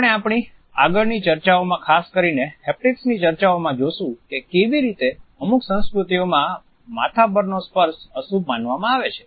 આપણે આપણી આગળની ચર્ચાઓ માં ખાસ કરીને હેપ્ટિકસની ચર્ચાઓમાં જોશું કે કેવી રીતે અમુક સંસ્કૃતિઓમાં માથા પર નો સ્પર્શ અશુભ માનવામાં આવે છે